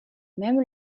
même